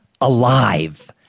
alive